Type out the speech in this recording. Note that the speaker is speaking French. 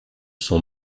sont